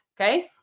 okay